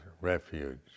refuge